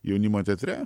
jaunimo teatre